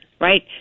Right